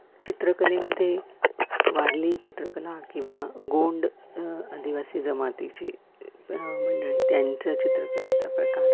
चित्रकलेमध्ये वारली चित्रकला किंवा गोंड आदिवासी जमातीची मंडळी त्यांचा चित्रकलेचा प्रकार